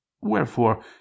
Wherefore